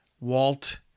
Walt